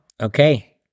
Okay